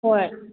ꯍꯣꯏ